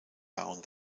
down